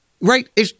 Right